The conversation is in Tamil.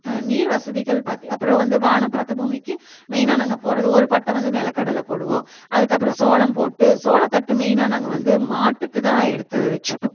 நீர் வசதிகள் அப்புறம் வந்து வானம் பார்த்த பூமிக்கு மெயினாக நாங்கள் போடுறது ஒரு பட்டம் வந்து நிலக்கடலை போடுவோம் அதுக்கப்புறம் சோளம் போட்டு சோளத்தட்டு மெயினாக நாங்கள் வந்து மாட்டுக்கு தான் எடுத்து வெச்சுப்போம்